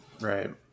Right